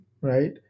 right